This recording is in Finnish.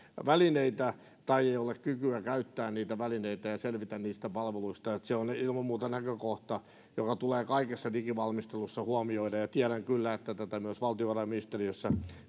välineitä tai ei ole kykyä käyttää niitä välineitä ja selvitä niistä palveluista se on ilman muuta näkökohta joka tulee kaikessa digivalmistelussa huomioida ja tiedän kyllä että tätä myös valtiovarainministeriössä